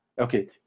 okay